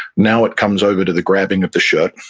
now it comes over to the grabbing of the shirt.